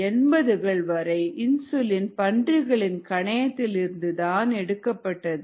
1980கள் வரை இன்சுலின் பன்றிகளின் கணையத்திலிருந்து தான் எடுக்கப்பட்டது